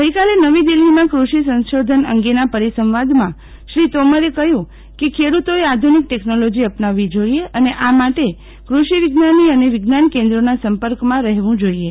ગઈકાલે નવી દિલ્ફીમાં કૃષિ સંશોધન અંગેના પરિસંવાદમાં શ્રી તોમર કહ્યુ કે ખેડુતોએ આધુનિક ટેકનોલોજી અપનાવવી જોઇએ અને આ માટ કૃષિવિજ્ઞાની અને વિ જ્ઞાન કે ન્ક્રીના સં ર્પકમાં રફેવુ જો ઇએ